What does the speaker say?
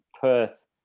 Perth